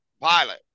pilot